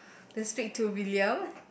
just speak to William